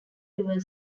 river